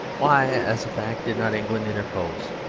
why, as a fact, did not england interpose?